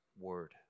word